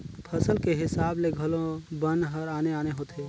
फसल के हिसाब ले घलो बन हर आने आने होथे